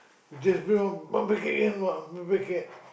just bring one one packet in one packet